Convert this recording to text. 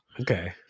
Okay